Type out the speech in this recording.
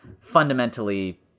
fundamentally